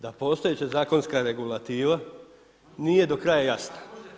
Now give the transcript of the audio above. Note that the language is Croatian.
Da postojeća zakonska regulativa nije do kraja jasna.